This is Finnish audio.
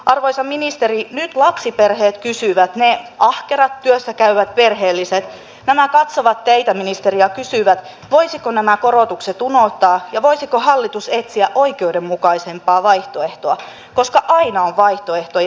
arvoisa ministeri nyt lapsiperheet kysyvät ne ahkerat työssä käyvät perheelliset nämä katsovat teitä ministeri ja kysyvät voisiko nämä korotukset unohtaa ja voisiko hallitus etsiä oikeudenmukaisempaa vaihtoehtoa koska aina on vaihtoehtoja